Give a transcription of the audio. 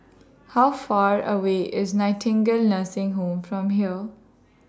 How Far away IS Nightingale Nursing Home from here